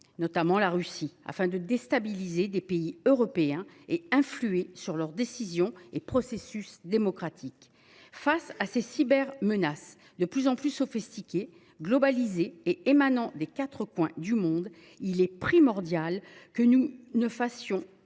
notamment la Russie, afin de déstabiliser des pays européens et influer sur leurs décisions et processus démocratiques. Face à des cybermenaces de plus en plus sophistiquées, globalisées et émanant des quatre coins du monde, il est primordial que nous ne fassions